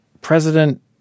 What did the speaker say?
president